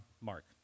Mark